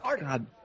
God